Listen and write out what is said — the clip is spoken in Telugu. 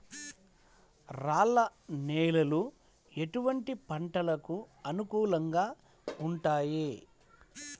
రాళ్ల నేలలు ఎటువంటి పంటలకు అనుకూలంగా ఉంటాయి?